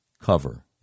cover